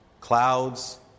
clouds